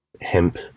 hemp